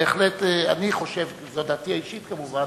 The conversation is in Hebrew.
אני חושב, זו דעתי האישית כמובן,